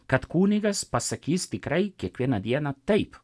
kad kunigas pasakys tikrai kiekvieną dieną taip